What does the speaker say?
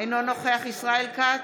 אינו נוכח ישראל כץ,